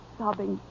sobbing